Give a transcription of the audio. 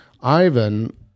Ivan